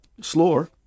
slower